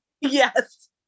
Yes